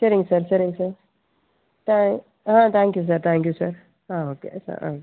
சரிங்க சார் சரிங்க சார் தே ah thank you sir thank you sir ah okay sir ah